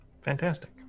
fantastic